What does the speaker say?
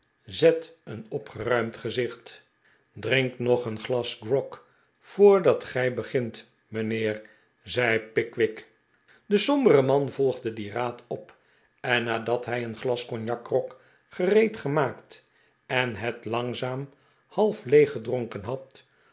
zet een opgeruimd gezicht drink nog een glas grog voordat gij begint mijnheer zei pickwick de sombere man volgde dien raad op en nadat hij een glas cognacgrog gereed gemaakt en het langzaam half leeggedronken had